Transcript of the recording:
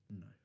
No